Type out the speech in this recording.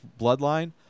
bloodline